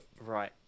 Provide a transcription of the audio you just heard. right